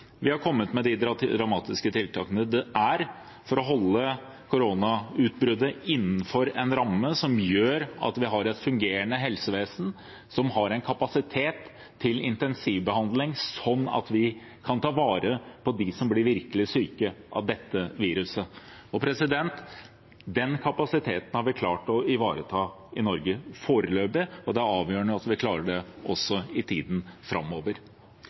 vi har kommet med disse dramatiske tiltakene. Det er for å holde koronautbruddet innenfor en ramme som gjør at vi har et fungerende helsevesen som har kapasitet til intensivbehandling, slik at vi kan ta vare på dem som blir virkelig syke av dette viruset. Den kapasiteten har vi klart å ivareta i Norge foreløpig, og det er avgjørende at vi klarer det også i tiden framover.